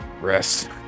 rest